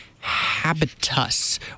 habitus